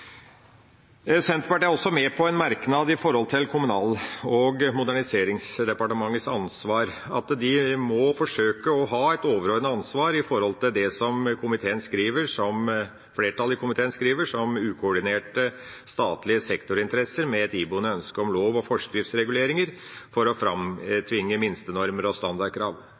Senterpartiet er også med på en merknad om Kommunal- og moderniseringsdepartementets ansvar, at de må forsøke å ha et overordnet ansvar med hensyn til det som flertallet i komiteen skriver om ukoordinerte statlige sektorinteresser med et iboende ønske om lov- og forskriftsreguleringer for å